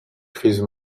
crise